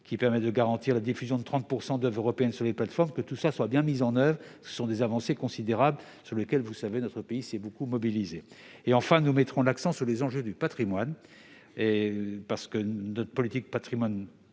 qui permet de garantir la diffusion de 30 % d'oeuvres européennes sur les plateformes, soient bien mises en oeuvre. Il s'agit d'avancées considérables, en faveur desquelles, vous le savez, notre pays s'est beaucoup mobilisé. Enfin, nous mettrons l'accent sur les enjeux du patrimoine, car notre politique en